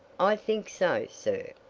i think so, sir.